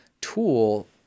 tool